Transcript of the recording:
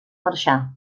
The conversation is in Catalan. marxar